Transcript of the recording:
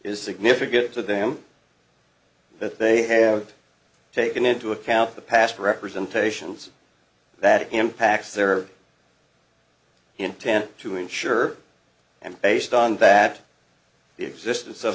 significant to them that they have taken into account the past representation that impacts their intent to insure and based on that the existence of